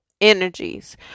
energies